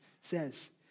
says